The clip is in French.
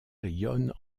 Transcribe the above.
ion